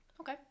Okay